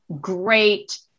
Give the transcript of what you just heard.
great